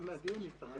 הישיבה ננעלה